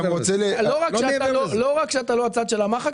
לא רק שאתה לא הצד של המחק,